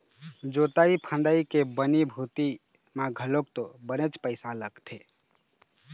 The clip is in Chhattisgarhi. जोंतई फंदई के बनी भूथी म घलोक तो बनेच पइसा लगथे